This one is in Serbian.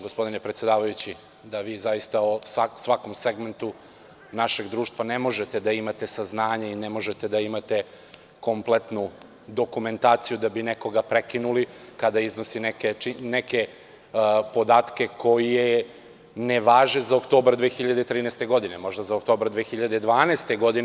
Gospodine predsedavajući, ja poštujem da vi o svakom segmentu našeg društva ne možete da imate saznanje i ne možete da imate kompletnu dokumentaciju da bi nekoga prekinuli kada iznosi neke podatke koji ne važe za oktobar 2013. godine, možda za oktobar 2012. godine.